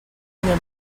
vinya